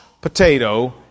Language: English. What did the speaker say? potato